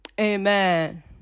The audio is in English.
Amen